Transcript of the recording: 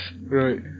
Right